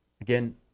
Again